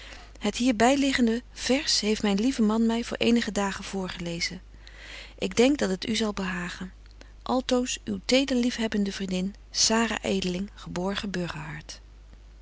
het hier byliggende vaers heeft myn lieve man my voor eenige dagen voorgelezen ik denk dat het u zal behagen altoos uwe tederliefhebbende vriendin